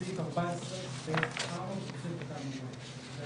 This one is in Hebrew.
אם אנחנו נשב קצת על ספר התקציב אני